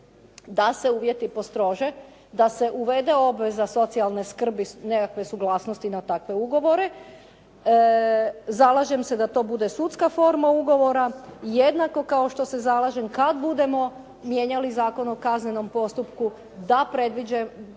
da se uvjeti postrože, da se uvede obveza socijalne skrbi, nekakve suglasnosti na takve ugovore. Zalažem se da to bude sudska forma ugovora jednako kao što se zalažem kad budemo mijenjali Zakon o kaznenom postupku da predvidimo